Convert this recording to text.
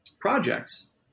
projects